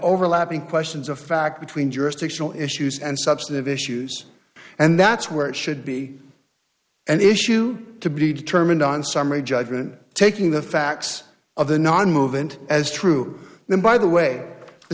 overlapping questions of fact between jurisdictional issues and substantive issues and that's where it should be an issue to be determined on summary judgment taking the facts of the non movement as true then by the way the